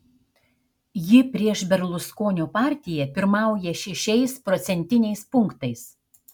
ji prieš berluskonio partiją pirmauja šešiais procentiniais punktais